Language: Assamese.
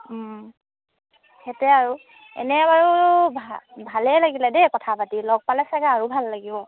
সেইটোৱে আৰু এনেই বাৰু ভা ভালেই লাগিলে দেই কথা পাতি লগ পালে চাগে আৰু ভাল লাগিব